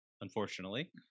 unfortunately